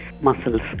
muscles